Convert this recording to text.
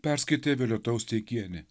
perskaitė violeta osteikienė